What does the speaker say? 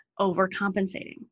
overcompensating